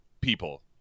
people